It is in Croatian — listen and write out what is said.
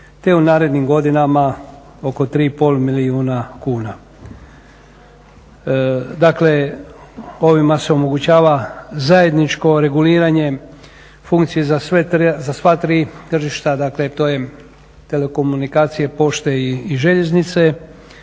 te u narednim godinama oko 3,5 milijuna kuna. Dakle, ovime se omogućava zajedničko reguliranje funkcije za sva tri tržišta, dakle to je telekomunikacije, pošte i željeznice